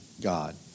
God